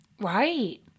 Right